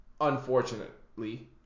Unfortunately